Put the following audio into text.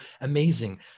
amazing